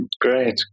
Great